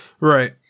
Right